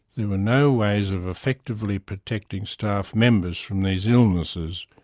there were no ways of effectively protecting staff members from these illnesses,